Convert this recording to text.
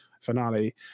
finale